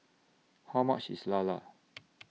How much IS Lala